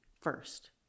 first